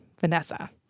Vanessa